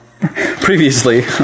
Previously